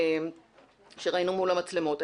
שראינו מול המצלמות.